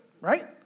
right